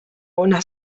una